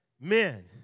men